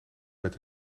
met